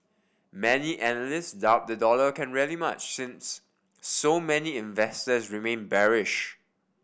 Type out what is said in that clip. many analyst doubt the dollar can rally much since so many investors remain bearish